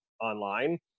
online